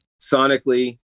sonically